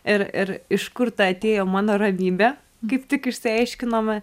ir ir iš kur atėjo mano ramybė kaip tik išsiaiškinome